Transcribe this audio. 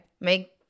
Make